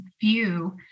view